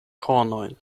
kornojn